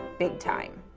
big time.